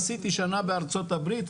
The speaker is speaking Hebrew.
עשיתי שנה בארצות הברית,